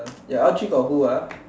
your L_G got who ah